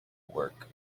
work